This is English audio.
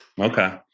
Okay